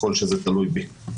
ככל שזה תלוי בי.